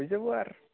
হৈ যাব আৰ